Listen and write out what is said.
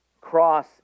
Cross